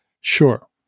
Sure